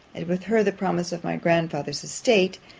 and with her the promise of my grandfather's estate,